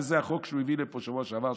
וזה החוק שהוא הביא בשבוע שעבר,